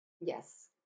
Yes